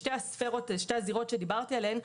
בשתי הזירות שדיברתי עליהן,